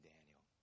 Daniel